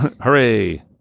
Hooray